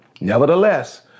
Nevertheless